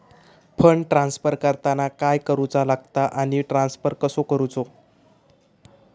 Fund transfer करताना काय करुचा लगता आनी ट्रान्स्फर कसो करूचो?